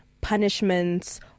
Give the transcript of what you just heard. punishments